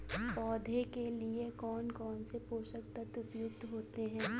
पौधे के लिए कौन कौन से पोषक तत्व उपयुक्त होते हैं?